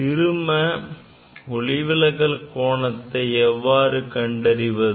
சிறும ஒளிவிலகல் கோணத்தை எவ்வாறு கண்டறிவது